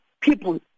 people